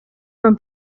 from